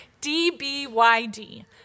D-B-Y-D